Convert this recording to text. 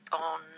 on